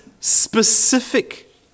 specific